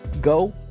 go